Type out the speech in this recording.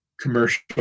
commercial